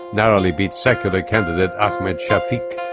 narrowly beat secular candidate ahmed shafik.